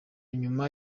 nyuma